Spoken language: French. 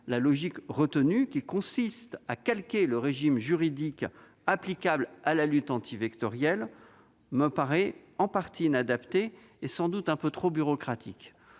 la logique retenue, qui consiste à calquer le régime juridique applicable à la lutte antivectorielle, me paraît en partie inadaptée et sans doute un peu trop bureaucratique.